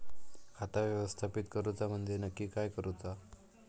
खाता व्यवस्थापित करूचा म्हणजे नक्की काय करूचा?